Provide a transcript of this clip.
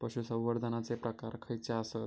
पशुसंवर्धनाचे प्रकार खयचे आसत?